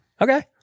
okay